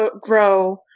grow